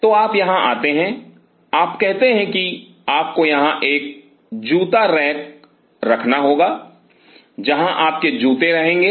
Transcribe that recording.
तो आप यहाँ आते हैं आप कहते हैं कि आपको यहाँ एक जूता रैक रखना होगा जहां आपके जूते रहेंगे